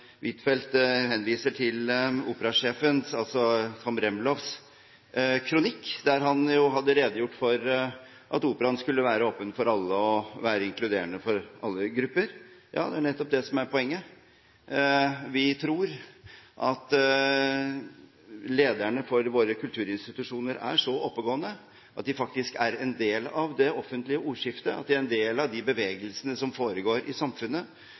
Huitfeldt henviste til operasjef Tom Remlovs kronikk, der han hadde redegjort for at Operaen skulle være åpen for alle og være inkluderende for alle grupper. Ja, det er nettopp det som er poenget. Vi tror at lederne for våre kulturinstitusjoner er så oppegående at de faktisk er en del av det offentlige ordskiftet, at de er en del av de bevegelsene som foregår i samfunnet,